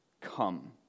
come